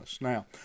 Now